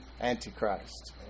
Antichrist